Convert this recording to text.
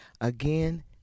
Again